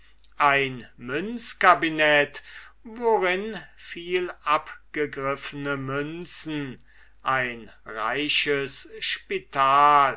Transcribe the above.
ein münzcabinet worinnen viel abgegriffene münzen ein reiches spital